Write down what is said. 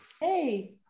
Hey